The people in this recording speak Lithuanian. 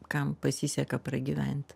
kam pasiseka pragyvent